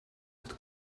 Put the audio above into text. het